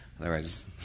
Otherwise